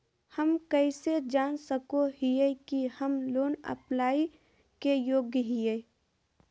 हम कइसे जान सको हियै कि हम लोन अप्लाई के योग्य हियै?